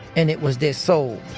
and it was their soul.